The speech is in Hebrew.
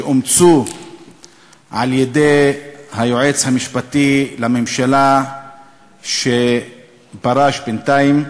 שאומצו על-ידי היועץ המשפטי לממשלה שפרש בינתיים.